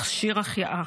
חסרים מכשיר החייאה.